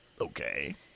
Okay